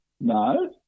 No